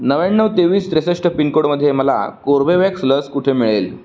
नव्याण्णव तेवीस त्रेसष्ट पिनकोडमध्ये मला कोर्बेवॅक्स लस कुठे मिळेल